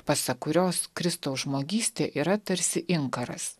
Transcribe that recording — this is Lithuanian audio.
pasak kurios kristaus žmogystė yra tarsi inkaras